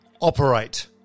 operate